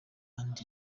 and